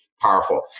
powerful